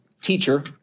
teacher